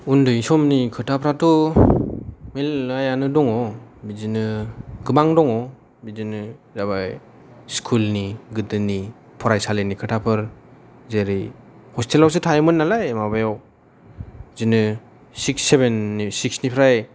उन्दै समनि खोथाफ्राथ' मेरलायानो दङ बिदिनो गोबां दं बिदिनो जाबाय स्कुल नि गोदोनि फरायसालिनि खोथाफोर जेरै हस्तेलावसो थायोमोन नालाय माबयाव बिदिनो सिक्स सेभेन सिक्स निफ्राय